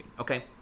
okay